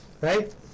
right